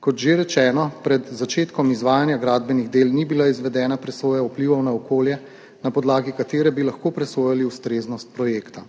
Kot že rečeno, pred začetkom izvajanja gradbenih del ni bila izvedena presoja vplivov na okolje, na podlagi katere bi lahko presojali ustreznost projekta.